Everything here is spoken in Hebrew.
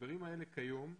שהמשברים האלה כיום,